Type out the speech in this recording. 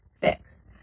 fix